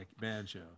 banjo